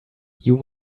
you